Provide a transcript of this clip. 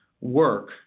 work